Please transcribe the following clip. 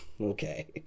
Okay